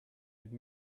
had